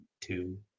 two